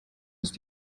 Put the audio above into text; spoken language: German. ist